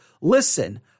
listen